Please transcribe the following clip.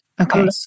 Okay